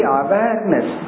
awareness